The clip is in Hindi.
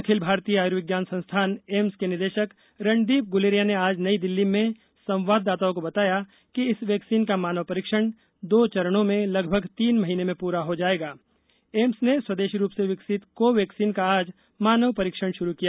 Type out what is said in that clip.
अखिल भारतीय आयुर्विज्ञान संस्थान एम्स के निदेशक रणदीप गुलेरिया ने आज नई दिल्ली िमें संवाददाताओं को बताया कि इस वैक्सीन का मानव परीक्षण दो चरणों में लगभग तीन महीने में पूरा हो जाएगाएम्स ने स्वदेशी रूप से विकसित कोवाक्सिन का आज मानव परीक्षण शुरू किया